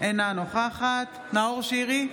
אינה נוכחת נאור שירי,